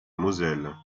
moselle